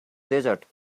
desert